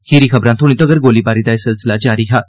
खीरी खबरां थ्होने तगर गोलीबारी दा एह सिलसिला जारी हा